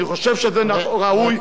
אני חושב שזה ראוי,